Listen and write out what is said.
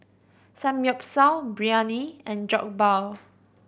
Samgyeopsal Biryani and Jokbal